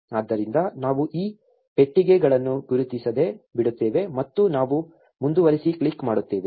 ಆದ್ದರಿಂದ ನಾವು ಈ ಪೆಟ್ಟಿಗೆಗಳನ್ನು ಗುರುತಿಸದೆ ಬಿಡುತ್ತೇವೆ ಮತ್ತು ನಾವು ಮುಂದುವರಿಸಿ ಕ್ಲಿಕ್ ಮಾಡುತ್ತೇವೆ